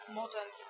modern